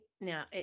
Now